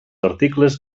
articles